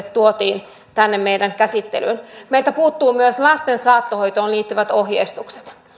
tuotiin tänne meidän käsittelyymme meiltä puuttuvat myös lasten saattohoitoon liittyvät ohjeistukset